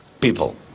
people